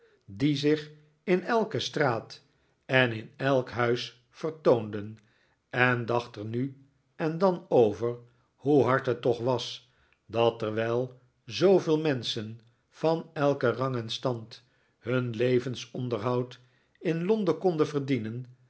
die zich in elke straat en in elk huis vertoonden en dacht er nu en dan over hoe hard het toch was dat terwijl zooveel menschen van elken rang en stand hun levensonderhoud in londen konden verdienen